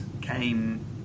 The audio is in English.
came